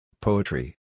Poetry